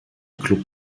klub